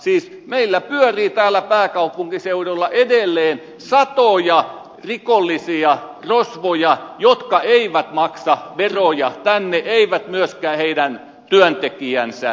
siis meillä pyörii täällä pääkaupunkiseudulla edelleen satoja rikollisia rosvoja jotka eivät maksa veroja tänne eivät myöskään heidän työntekijänsä